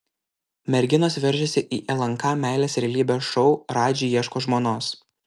merginos veržiasi į lnk meilės realybės šou radži ieško žmonos